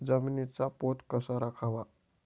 जमिनीचा पोत कसा राखावा?